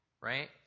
right